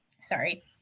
Sorry